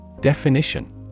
Definition